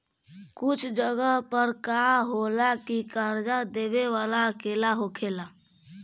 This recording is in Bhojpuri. कुछ जगह पर का होला की कर्जा देबे वाला अकेला होखेला